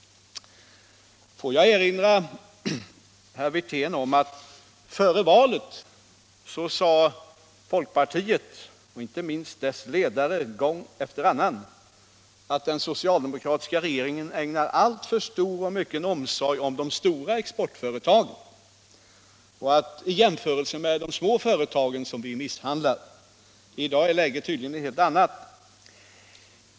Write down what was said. Får jag erinra herr Wirtén om att folkpartiet före valet — inte minst dess ledare — gång efter annan framhöll att den socialdemokratiska regeringen ägnar alltför stor omsorg åt de stora exportföretagen, medan de små företagen kommer i kläm. I dag är läget tydligen ett helt annat.